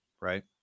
right